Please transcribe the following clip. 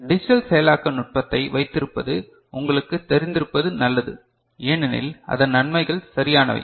digital செயலாக்க நுட்பத்தை வைத்திருப்பது உங்களுக்குத் தெரிந்திருப்பது நல்லது ஏனெனில் அதன் நன்மைகள் சரியானவை